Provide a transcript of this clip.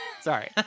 sorry